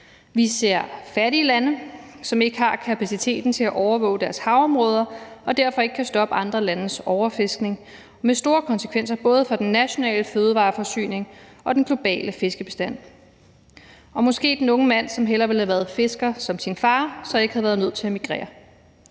Vi ser fattige lande, som ikke har kapaciteten til at overvåge deres havområder og derfor ikke kan stoppe andre landes overfiskning. Det er med store konsekvenser for både den nationale fødevareforsyning og den globale fiskebestand, og måske havde den unge mand, som hellere ville have været fisker som sin far, så ikke været nødt til at emigrere.